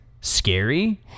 scary